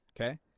okay